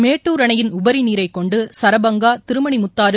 மேட்டுர் அணையின் உபரிநீரைகொண்டு சரபங்கா திருமணிமுத்தாறு